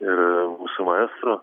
ir su maestro